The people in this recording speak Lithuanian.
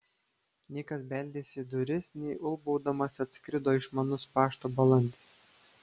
nei kas beldėsi į duris nei ulbaudamas atskrido išmanus pašto balandis